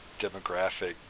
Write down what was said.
demographic